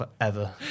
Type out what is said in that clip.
forever